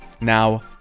now